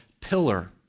Pillar